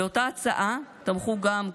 באותה הצעה תמכו גם,